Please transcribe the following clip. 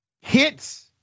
hits